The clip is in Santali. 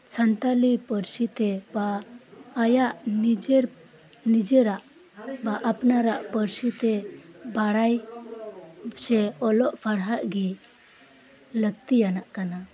ᱥᱟᱱᱛᱟᱞᱤ ᱯᱟᱨᱥᱤ ᱛᱮ ᱵᱟ ᱟᱭᱟᱜ ᱱᱤᱡᱮᱨ ᱱᱤᱡᱮᱨᱟᱜ ᱵᱟ ᱟᱯᱱᱟᱨᱟᱜ ᱯᱟᱨᱥᱤᱛᱮ ᱵᱟᱲᱟᱭ ᱥᱮ ᱚᱞᱚᱜ ᱯᱟᱲᱦᱟᱜ ᱜᱮ ᱞᱟᱠᱛᱤᱭᱟᱱᱟᱜ ᱠᱟᱱᱟ